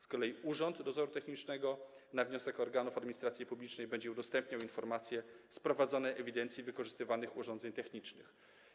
Z kolei Urząd Dozoru Technicznego na wniosek organów administracji publicznej będzie udostępniał informacje z prowadzonej ewidencji wykorzystywanych urządzeń technicznych.